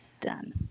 Done